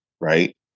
right